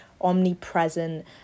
omnipresent